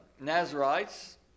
Nazarites